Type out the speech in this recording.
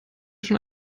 schon